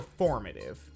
performative